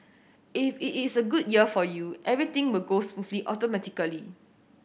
if it is a good year for you everything will go smoothly automatically